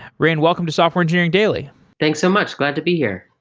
raine, welcome to software engineering daily thanks so much. glad to be here.